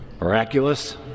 Miraculous